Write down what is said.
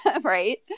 right